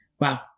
wow